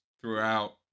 throughout